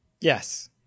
Yes